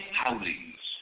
howlings